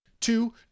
Two